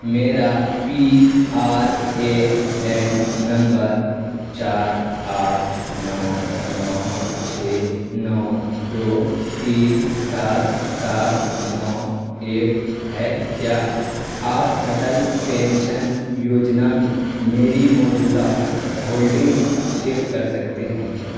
میرا P R A N number چار آٹھ نو نو چھ نو دو تین سات سات نو ایک ہے کیا آپ اٹل پینشن یوجنا میں میری موجودہ ہولڈنگز چیک کر سکتے ہیں کیا